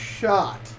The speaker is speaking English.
shot